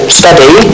study